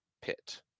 pit